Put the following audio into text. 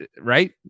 Right